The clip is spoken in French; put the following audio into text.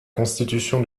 constitution